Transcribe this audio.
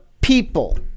people